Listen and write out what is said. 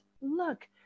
look